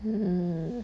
mm